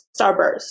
starburst